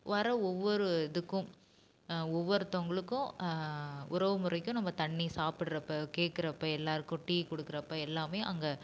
வர ஒவ்வொரு இதுக்கும் ஒவ்வொருத்தங்களுக்கும் உறவு முறைக்கும் நம்ம தண்ணி சாப்புடுறப்ப கேட்கறப்ப எல்லோருக்கும் டீ கொடுக்கறப்ப எல்லாமே அங்கே